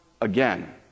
again